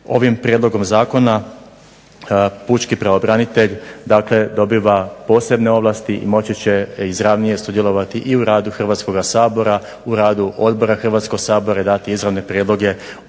Ovim prijedlogom zakona pučki pravobranitelj dakle dobiva posebne ovlasti i moći će izravnije sudjelovati i u radu Hrvatskoga sabora, u radu odbora Hrvatskoga sabora i dati izravne prijedloge uz